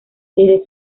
debe